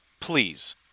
Please